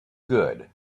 good